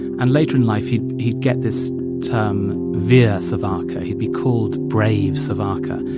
and later in life, he'd he'd get this term, veer savarkar. he'd be called brave savarkar.